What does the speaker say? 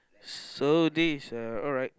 so this is uh alright